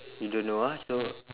you don't know ah so